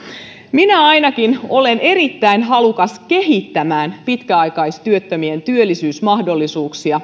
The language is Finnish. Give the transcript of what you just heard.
minä ainakin olen erittäin halukas kehittämään pitkäaikaistyöttömien työllisyysmahdollisuuksia